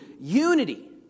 unity